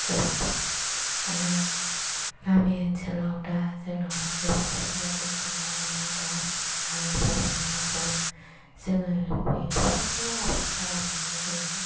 सुबुंफ्रा आरो गामि ओनसोलाव दा जोंनाव नैबे क'क्राझार द्रिसट्रिकआव अमा दाव आरो बोरमा मोसौ जोङो बेफोरखौ आबाद खालामनानै जोङो